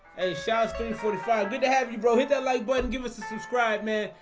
shouts ten forty five good to have you bro. hit that like button. give us a subscribe man.